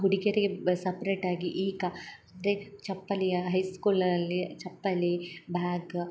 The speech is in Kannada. ಹುಡುಗಿಯರಿಗೆ ಸಪ್ರೇಟ್ ಆಗಿ ಈಗ ಅಂದರೆ ಚಪ್ಪಲಿಯ ಹೈಸ್ಕೂಲ್ ಅಲ್ಲಿ ಚಪ್ಪಲಿ ಬ್ಯಾಗ್